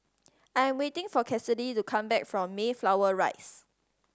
I am waiting for Cassidy to come back from Mayflower Rise